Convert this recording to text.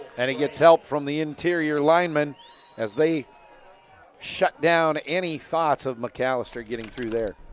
and he gets help from the interior lineman as they shut down any thoughts of mcalister getting through there.